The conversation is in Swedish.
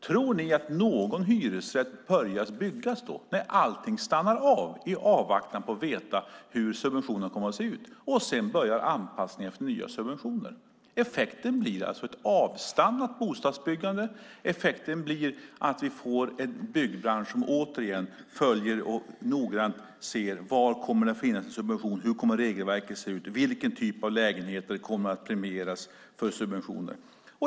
Tror ni att någon hyresrätt börjar byggas då, när allting stannar av i avvaktan på att få veta hur subventionen kommer att se ut? Sedan börjar anpassningen till nya subventioner. Effekten blir alltså ett avstannat bostadsbyggande och att vi får en byggbransch som återigen följer och noggrant ser efter var det kommer att finnas subventioner, hur regelverket kommer att se ut och vilken typ av lägenheter som kommer att premieras med subventioner.